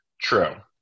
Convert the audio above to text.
True